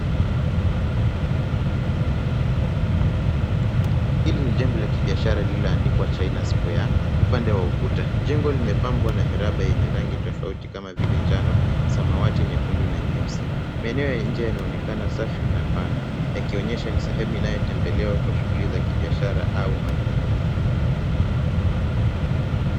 Hili ni jengo la kibiashara lililoandikwa China Square upande wa ukuta. Jengo limepambwa na miraba yenye rangi tofauti kama vile njano, samawati, nyekundu na nyeusi. Mieneo ya nje yanaonekana safi na pana, yakionyesha ni sehemu inayotembelewa kwa shughuli za kibiashara au manunuzi.